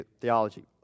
theology